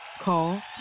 Call